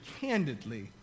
candidly